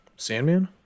Sandman